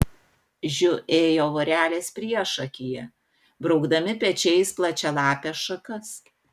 žiu ėjo vorelės priešakyje braukdami pečiais plačialapes šakas